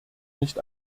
nicht